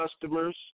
customers